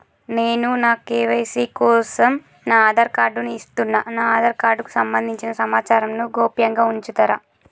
నేను నా కే.వై.సీ కోసం నా ఆధార్ కార్డు ను ఇస్తున్నా నా ఆధార్ కార్డుకు సంబంధించిన సమాచారంను గోప్యంగా ఉంచుతరా?